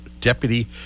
Deputy